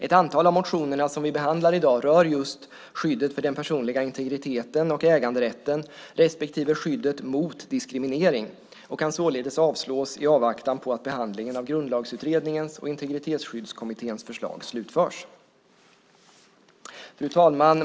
Ett antal av motionerna som vi behandlar i dag rör just skyddet för den personliga integriteten och äganderätten respektive skyddet mot diskriminering och kan således avslås i avvaktan på att behandlingen av Grundlagsutredningens och Integritetsskyddskommitténs förslag slutförs. Fru talman!